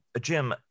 Jim